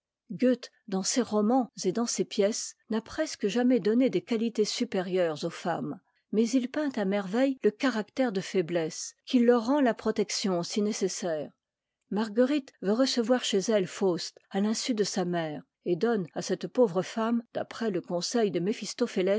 dans ses romans et dans ses pièces n'a presque jamais donné des qualités supérieures aux femmes mais il peint à merveille le caractère de faiblesse quileur rend la protection si nécessaire marguerite veut recevoir chez elle faust à l'insu de sa mère et donne à cette pauvre femme d'a près le conseil de